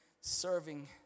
serving